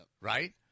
right